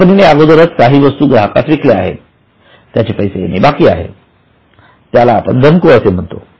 कंपनीने अगोदरच काही वस्तू ग्राहकास विकल्या आहेत त्याचे पैसे येणे बाकी आहे त्याला धनको असे म्हणतात